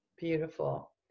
Beautiful